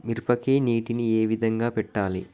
మిరపకి నీటిని ఏ విధంగా పెట్టాలి?